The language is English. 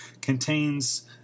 Contains